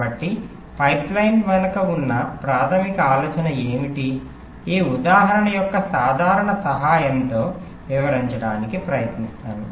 కాబట్టి పైప్లైన్ వెనుక ఉన్న ప్రాథమిక ఆలోచన ఏమిటి ఈ ఉదాహరణ యొక్క సాధారణ సహాయంతో వివరించడానికి ప్రయత్నిస్తాను